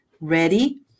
Ready